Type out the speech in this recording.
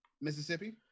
Mississippi